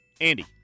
Andy